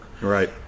Right